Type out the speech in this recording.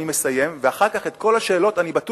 אני אסיים ואחר כך אנסה לענות על כל השאלות שלכם.